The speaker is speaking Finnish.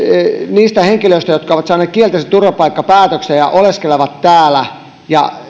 niistä henkilöistä jotka ovat saaneet kielteisen turvapaikkapäätöksen ja oleskelevat täällä ja suojelupoliisikaan